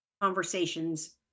conversations